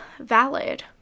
Valid